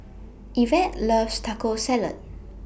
Ivette loves Taco Salad